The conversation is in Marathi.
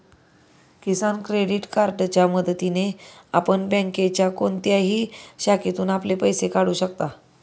किसान क्रेडिट कार्डच्या मदतीने आपण बँकेच्या कोणत्याही शाखेतून आपले पैसे काढू शकता